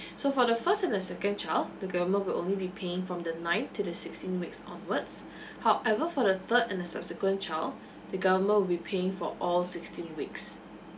so for the first and the second child the government will only be paying from the ninth to the sixteenth weeks onwards however for the third and the subsequent child the government will be paying for all sixteen weeks